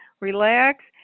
relax